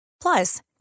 Plus